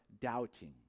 doubting